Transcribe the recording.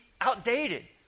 outdated